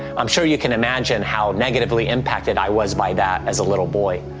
i'm sure you can imagine how negatively impacted i was by that as a little boy.